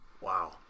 wow